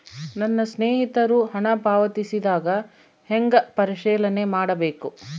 ನನ್ನ ಸ್ನೇಹಿತರು ಹಣ ಪಾವತಿಸಿದಾಗ ಹೆಂಗ ಪರಿಶೇಲನೆ ಮಾಡಬೇಕು?